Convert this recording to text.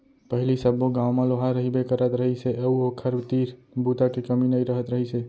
पहिली सब्बो गाँव म लोहार रहिबे करत रहिस हे अउ ओखर तीर बूता के कमी नइ रहत रहिस हे